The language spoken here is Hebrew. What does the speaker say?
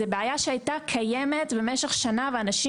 זו בעיה שהייתה קיימת במשך שנה ואנשים